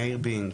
מאיר בינג.